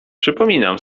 przypominam